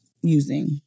using